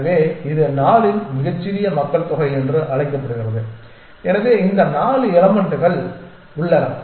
எனவே இது 4 இன் மிகச்சிறிய மக்கள் தொகை என்று அழைக்கப்படுகிறது எனவே இந்த 4 எலமென்ட்கள் உள்ளன